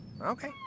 Okay